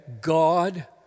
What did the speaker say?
God